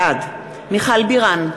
בעד מיכל בירן,